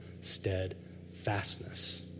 steadfastness